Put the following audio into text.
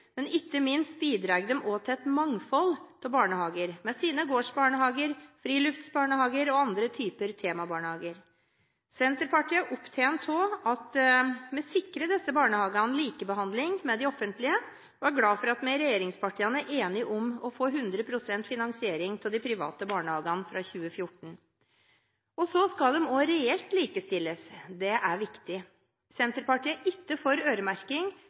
men ikke minst bidrar de også til et mangfold av barnehager, med sine gårdsbarnehager, friluftsbarnehager og andre typer temabarnehager. Senterpartiet er opptatt av at vi sikrer disse barnehagene likebehandling med de offentlige, og vi er glad for at vi i regjeringspartiene er enige om å få 100 pst. finansiering av de private barnehagene fra 2014. Så skal de også reelt likestilles. Det er viktig. Senterpartiet er ikke for øremerking,